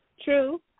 true